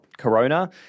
Corona